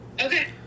Okay